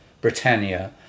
Britannia